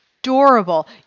adorable